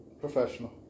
Professional